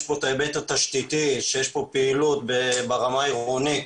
יש את ההיבט התשתיתי ויש כאן פעילות ברמה העירונית